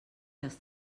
les